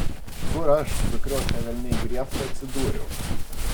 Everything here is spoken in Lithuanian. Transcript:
kur aš sukriošę velniai griebtų atsidūriau